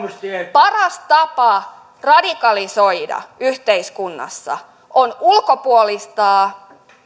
paras tapa radikalisoida yhteiskunnassa on ulkopuolistaa